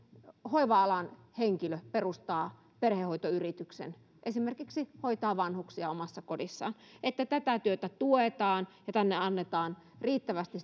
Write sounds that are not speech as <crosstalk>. hoiva alan henkilö perustaa perhehoitoyrityksen esimerkiksi hoitaa vanhuksia omassa kodissaan että tätä työtä tuetaan ja annetaan riittävästi <unintelligible>